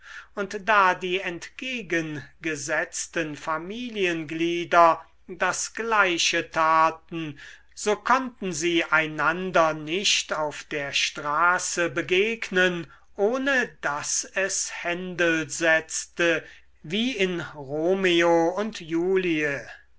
und da die entgegengesetzten familienglieder das gleiche taten so konnten sie einander nicht auf der straße begegnen ohne daß es händel setzte wie in romeo und julie